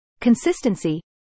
consistency